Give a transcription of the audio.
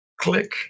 Click